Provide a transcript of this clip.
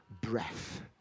breath